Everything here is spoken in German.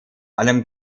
allem